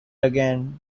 again